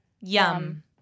Yum